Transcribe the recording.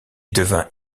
devint